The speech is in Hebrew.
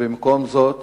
ובמקום זאת